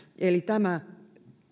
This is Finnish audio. eli tämä